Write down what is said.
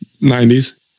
90s